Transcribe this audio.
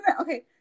okay